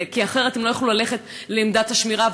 כי אחרת הם לא יוכלו ללכת לעמדת השמירה,